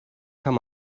kann